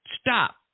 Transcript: Stop